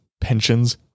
pensions